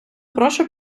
прошу